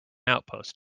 outpost